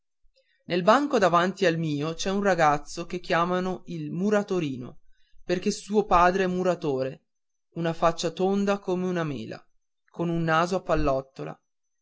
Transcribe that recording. nel banco davanti al mio c'è un ragazzo che chiamano il muratorino perché suo padre è muratore una faccia tonda come una mela con un naso a pallottola